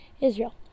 Israel